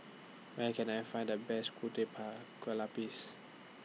Where Can I Find The Best Ku Teh Pa Kueh Lapis